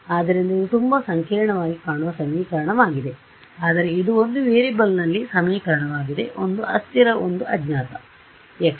ಆದ್ದರಿಂದ ಇದು ತುಂಬಾ ಸಂಕೀರ್ಣವಾಗಿ ಕಾಣುವ ಸಮೀಕರಣವಾಗಿದೆ ಆದರೆ ಇದು ಒಂದು ವೇರಿಯೇಬಲ್ನಲ್ಲಿನ ಸಮೀಕರಣವಾಗಿದೆ ಒಂದು ಅಸ್ಥಿರ ಒಂದು ಅಜ್ಞಾತ x